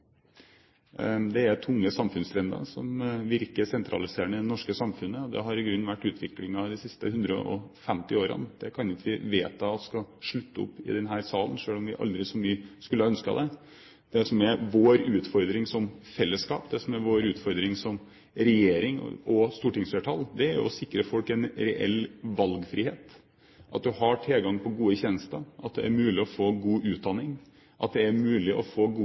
Det er tunge samfunnstrender som virker sentraliserende i det norske samfunnet, og det har i grunnen vært utviklingen de siste 150 årene. Det kan vi ikke i denne salen vedta å stoppe, selv om vi aldri så mye kunne ønsket det. Det som er vår utfordring som fellesskap, det som er vår utfordring som regjering og stortingsflertall, er å sikre folk en reell valgfrihet, at en har tilgang på gode tjenester, at det er mulig å få god utdanning, at det er mulig å få gode